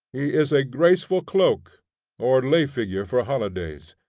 he is a graceful cloak or lay-figure for holidays.